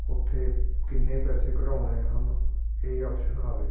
ਉੱਥੇ ਕਿੰਨੇ ਪੈਸੇ ਕਢਾਉਣੇ ਹਨ ਇਹ ਆਪਸ਼ਨ ਆਵੇਗੀ